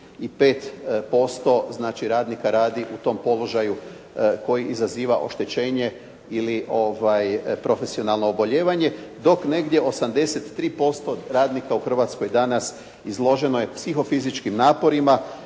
znači radnika radi u tom položaju koji izaziva oštećenje ili profesionalno obolijevanje, dok negdje 83% radnika u Hrvatskoj danas izloženo je psihofizičkim naporima